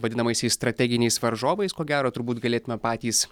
vadinamaisiais strateginiais varžovais ko gero turbūt galėtume patys